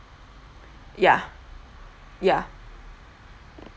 ya ya